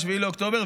ב-7 באוקטובר,